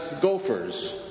gophers